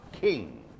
king